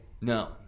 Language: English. No